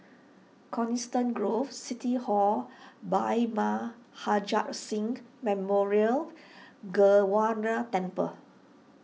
Coniston Grove City Hall Bhai Maharaj Singh Memorial Gurdwana Temple